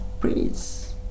please